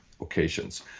occasions